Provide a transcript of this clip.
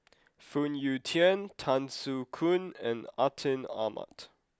Phoon Yew Tien Tan Soo Khoon and Atin Amat